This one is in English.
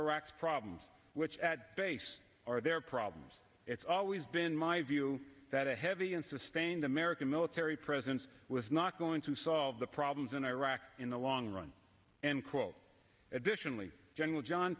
iraq's problems which at base are their problems it's always been my view that a heavy and sustained american military presence was not going to solve the problems in iraq in the long run and quote additionally general john